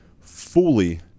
Fully